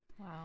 wow